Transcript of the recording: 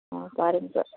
ஆ பாருங்கள் சார்